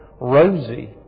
rosy